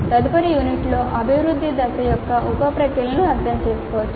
తదుపరి యూనిట్లో అభివృద్ధి దశ యొక్క ఉప ప్రక్రియలను అర్థం చేసుకోవచ్చు